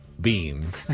beans